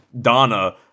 Donna